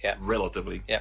relatively